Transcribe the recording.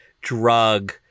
drug